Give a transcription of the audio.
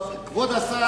כבוד השר,